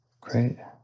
Great